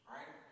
Right